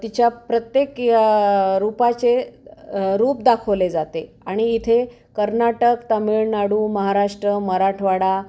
तिच्या प्रत्येक रूपाचे रूप दाखवले जाते आणि इथे कर्नाटक तामिळनाडू महाराष्ट्र मराठवाडा